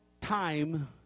time